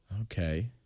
Okay